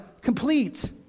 complete